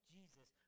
Jesus